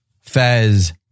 Fez